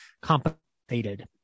compensated